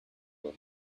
will